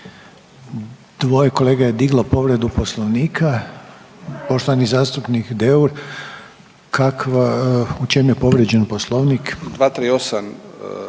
Dvoje kolega je diglo povredu Poslovnika. Poštovani zastupnik Deur kakva, u čem je povrijeđen Poslovnik?